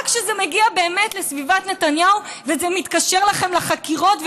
רק כשזה מגיע באמת לסביבת נתניהו וזה מתקשר לכם לחקירות,